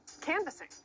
canvassing